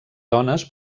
dones